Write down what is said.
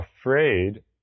afraid